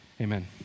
Amen